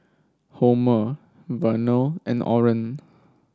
Homer Vernal and Oren